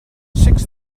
six